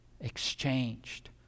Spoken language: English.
exchanged